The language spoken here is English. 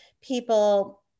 people